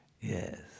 Yes